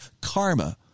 karma